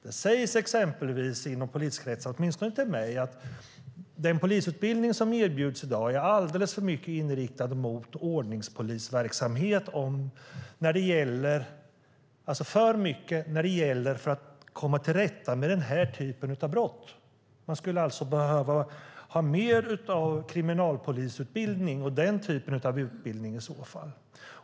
Det sägs i exempelvis poliskretsar, åtminstone till mig, att den polisutbildning som i dag erbjuds är alldeles för mycket inriktad på ordningspolisverksamhet, alltså att det är för mycket om att komma till rätta med den här typen av brott. Man skulle således behöva ha mer kriminalpolisutbildning, den typen av utbildning.